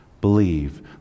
believe